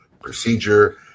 procedure